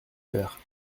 faire